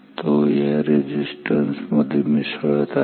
तो या छोट्या रेझिस्टन्स मध्ये मिसळत आहे